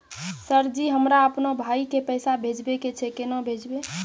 Sir ji हमरा अपनो भाई के पैसा भेजबे के छै, केना भेजबे?